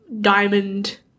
diamond